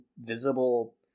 visible